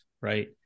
Right